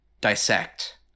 dissect